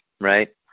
right